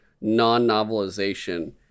non-novelization